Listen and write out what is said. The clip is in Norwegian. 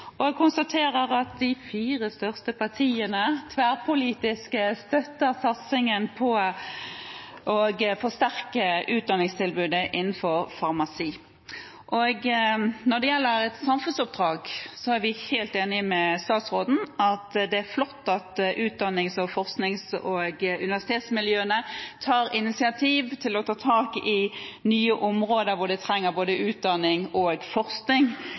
dette. Jeg takker for gode innspill og konstaterer at de fire største partiene tverrpolitisk støtter satsingen på å forsterke utdanningstilbudet innenfor farmasi. Når det gjelder et samfunnsoppdrag, er vi helt enig med statsråden, det er flott at utdannings-, forsknings- og universitetsmiljøene tar initiativ til å ta tak i nye områder hvor det trengs både utdanning og forskning.